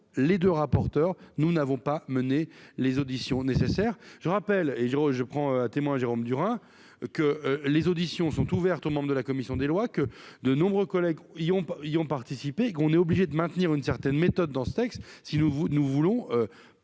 les deux rapporteurs n'ont pas mené les auditions nécessaires. Je rappelle, et je prends à témoin Jérôme Durain, que les auditions sont ouvertes aux membres de la commission des lois et que de nombreux collègues y ont participé. Nous sommes obligés de maintenir une certaine méthode dans l'examen de ce texte.